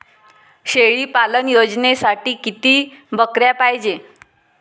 शेळी पालन योजनेसाठी किती बकऱ्या पायजे?